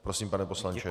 Prosím, pane poslanče.